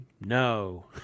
No